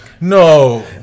No